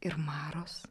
ir maros